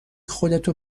خودتو